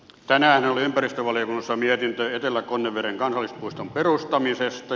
tänään oli ympäristövaliokunnassa mietintö etelä konneveden kansallispuiston perustamisesta